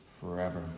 forever